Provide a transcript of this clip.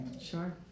Sure